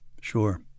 Sure